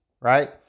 right